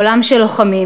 עולם של לוחמים,